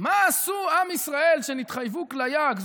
הגמרא נוקטת לשון סגי נהור.